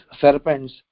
serpents